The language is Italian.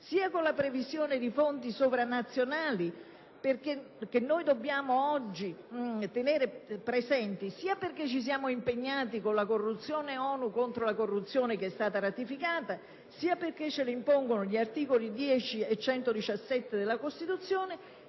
sia con la previsione di fonti sovrannazionali che noi dobbiamo oggi tenere presenti sia perché ci siamo impegnati con la ratifica della Convenzione ONU contro la corruzione, sia perché ce lo impongono gli articoli 10 e 117 della Costituzione,